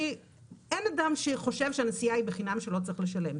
אין אדם שחושב שהנסיעה היא בחינם, שלא צריך לשלם.